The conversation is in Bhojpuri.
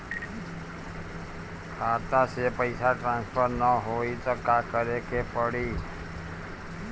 खाता से पैसा ट्रासर्फर न होई त का करे के पड़ी?